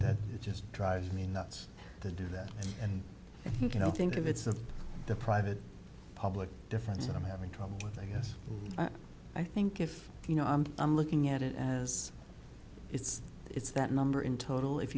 that just drives me nuts to do that and you know think of it's a private public defense i'm having trouble with i guess i think if you know i'm i'm looking at it as it's it's that number in total if